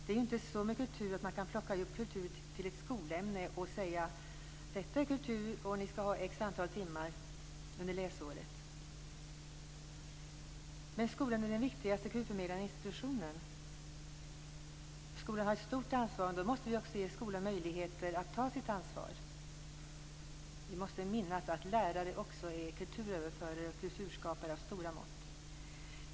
Det är inte så med kultur att man kan plocka ihop kultur till ett skolämne och säga: Detta är kultur, och ni skall ha ett antal timmar i det ämnet under läsåret. Men skolan är den viktigaste kulturförmedlande institutionen. Skolan har ett stort ansvar, och då måste vi också ge skolan möjligheter att ta sitt ansvar. Vi måste minnas att lärare också är kulturöverförare och kulturskapare av stora mått.